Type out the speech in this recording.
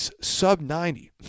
sub-90